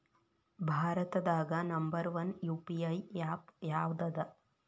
ಭಾರತದಾಗ number one UPI app ಯಾವದದ